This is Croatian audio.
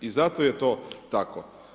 I zato je to tako.